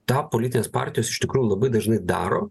tą politinės partijos iš tikrųjų labai dažnai daro